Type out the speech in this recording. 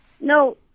No